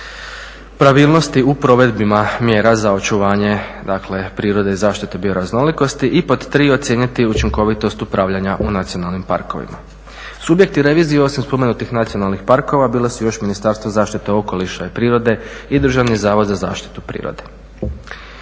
pravilnosti u provedbama mjera za očuvanje, dakle prirode i zaštite bioraznolikosti. I pod tri ocijeniti učinkovitost upravljanja u nacionalnim parkovima. Subjekti revizije osim spomenutih nacionalnih parkova bila su još Ministarstvo zaštite okoliša i prirode i Državni zavod za zaštitu prirode.